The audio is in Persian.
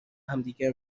همدیگر